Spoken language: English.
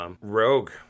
Rogue